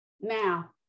Now